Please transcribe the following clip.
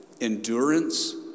endurance